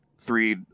three